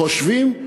חושבים,